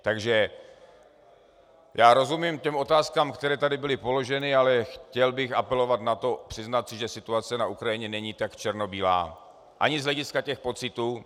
Takže já rozumím otázkám, které tady byly položeny, ale chtěl bych apelovat na to, přiznat si, že situace na Ukrajině není tak černobílá ani z hlediska pocitů.